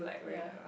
ya